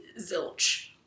zilch